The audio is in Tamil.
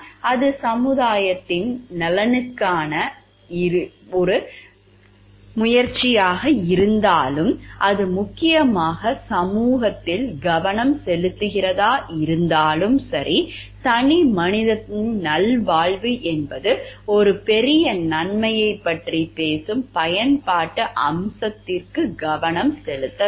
அது சமூகத்தின் நலனுக்காக இருந்தாலும் சரி அது முக்கியமாக சமூகத்தில் கவனம் செலுத்துகிறதா இருந்தாலும் சரி தனிமனிதனின் நல்வாழ்வு என்பது ஒரு பெரிய நன்மையைப் பற்றி பேசும் பயன்பாட்டு அம்சத்திற்கு கவனம் செலுத்துவதில்லை